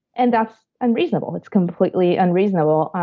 and that's unreasonable. it's completely unreasonable.